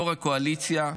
יו"ר הקואליציה.